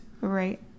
Right